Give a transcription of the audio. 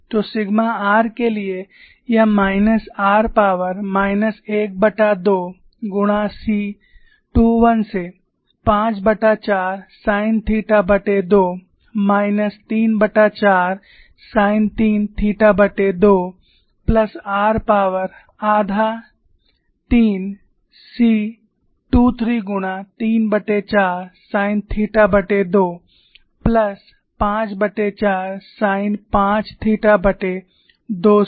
तो sigma r के लिए यह माइनस r पॉवर माइनस 12 गुणा c21 से 54 साइन थीटा2 माइनस 34 साइन 3 थीटा2 प्लस r पॉवर आधा 3 c23 गुणा 34 साइन थीटा2 प्लस 54 साइन 5 थीटा2 से